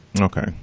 Okay